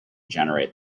generate